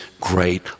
great